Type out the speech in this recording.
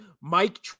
Mike